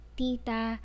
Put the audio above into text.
tita